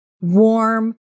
warm